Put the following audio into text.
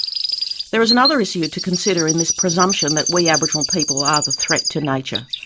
there is another issue to consider in this presumption that we aboriginal people are the threat to nature.